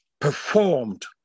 performed